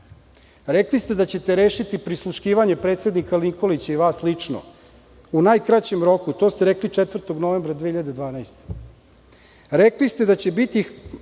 Rekli ste da ćete rešiti prisluškivanje predsednika Nikolića i vas lično u najkraćem roku. To ste rekli 4. novembra 2012. godine rekli ste da će biti